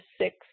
six